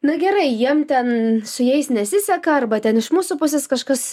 nu gerai jiem ten su jais nesiseka arba ten iš mūsų pusės kažkas